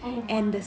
oh my